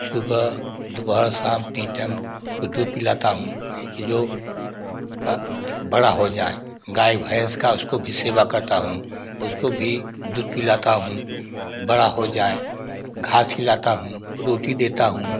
सुबह दोपहर शाम तीन टैम उसको दूध पिलाता हूँ कि जो बड़ा होइ जाए गाय भैंस का उसको भी सेवा करता हूँ उसको भी दूध पिलाता हूँ बड़ा हो जाए घास खिलाता हूँ रोटी देता हूँ